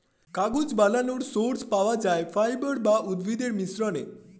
কাগজ বানানোর সোর্স পাওয়া যায় ফাইবার আর উদ্ভিদের মিশ্রণে